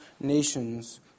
nations